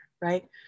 right